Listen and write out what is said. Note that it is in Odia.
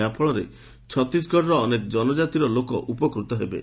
ଏହାଫଳରେ ଛତିଶଗଡ଼ର ଅନେକ ଜନକାତିର ଲୋକେ ଉପକୃତ ହେବେ